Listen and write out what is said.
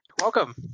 Welcome